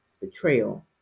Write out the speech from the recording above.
betrayal